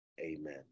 Amen